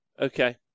Okay